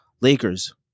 Lakers